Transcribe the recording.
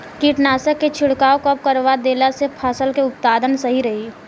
कीटनाशक के छिड़काव कब करवा देला से फसल के उत्पादन सही रही?